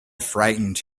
frightened